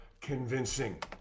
convincing